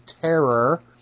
Terror